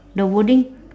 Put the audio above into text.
the wording